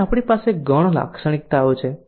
પછી આપણી પાસે ગૌણ લાક્ષણિકતાઓ છે